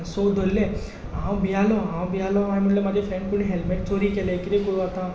so धोल्ले हांव भियालों हांव भियालों हांवें म्हणलें फ्रेंड म्हाजें हेलमेट कोणें चोरलें कितें करूं आतां